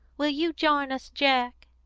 will you join us, jack?